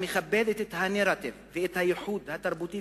המכבדת את הנרטיב ואת הייחוד התרבותי